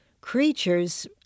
creatures